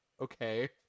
okay